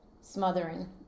smothering